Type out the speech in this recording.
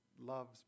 love's